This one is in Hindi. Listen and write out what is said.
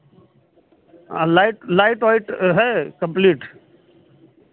लाइट लाइट वाइट है कंप्लीट